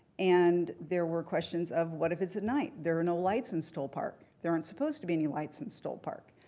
and there were questions of what if it's at night, there are no lights in stoll park. there aren't supposed to be any lights in stoll park.